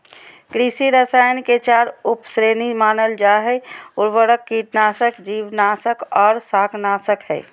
कृषि रसायन के चार उप श्रेणी मानल जा हई, उर्वरक, कीटनाशक, जीवनाशक आर शाकनाशक हई